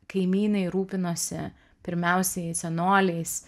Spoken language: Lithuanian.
kaimynai rūpinosi pirmiausiai senoliais